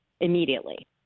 immediately